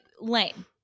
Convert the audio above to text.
lame